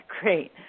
great